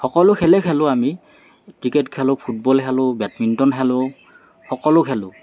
সকলো খেলেই খেলোঁ আমি ক্ৰিকেট খেলোঁ ফুটবল খেলোঁ বেটমিণ্টন খেলোঁ সকলো খেলোঁ